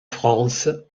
france